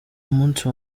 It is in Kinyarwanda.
umunsi